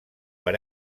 per